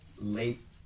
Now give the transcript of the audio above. late